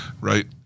right